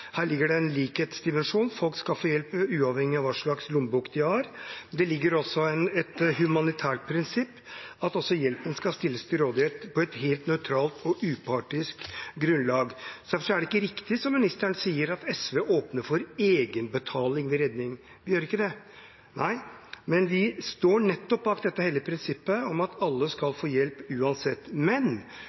Her ligger det en likhetsdimensjon – folk skal få hjelp uavhengig av hva slags lommebok de har. Det ligger også et humanitært prinsipp her – at hjelpen skal stilles til rådighet på et helt nøytralt og upartisk grunnlag. Derfor er det ikke riktig som ministeren sier, at SV åpner for egenbetaling ved redning – vi gjør ikke det. Vi står bak nettopp dette hellige prinsippet om at alle skal få hjelp uansett. Men